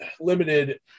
limited